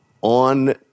on